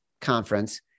conference